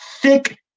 thick